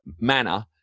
manner